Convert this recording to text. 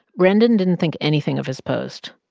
brandon didn't think anything of his post.